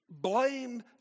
blame